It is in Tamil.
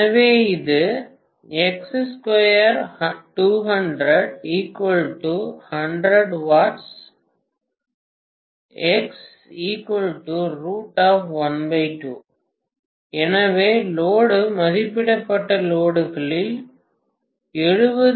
எனவே இது எனவே லோடு மதிப்பிடப்பட்ட லோடுகளில் 70